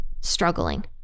struggling